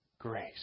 grace